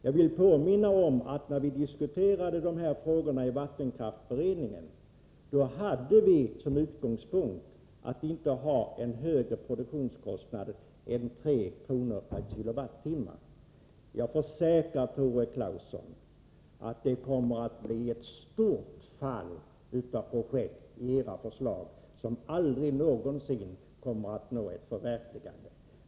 Jag vill påminna om att när vi diskuterade dessa frågor i vattenkraftsberedningen hade vi som utgångspunkt att inte ha en högre produktionskostnad än 3 kr. per kWh. Jag försäkrar Tore Claeson att det kommer att bli ett stort bortfall av projekt i era förslag, som aldrig någonsin kommer att nå ett förverkligande.